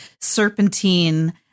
serpentine